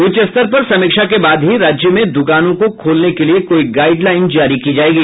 उच्च स्तर पर समीक्षा के बाद ही राज्य में दुकानों को खोलने के लिए कोई गाईडलाईन जारी की जायेगी